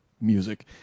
music